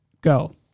Go